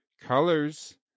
Colors